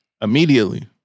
immediately